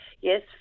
Yes